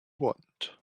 want